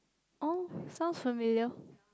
oh sound familiar